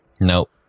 Nope